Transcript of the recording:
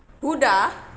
huda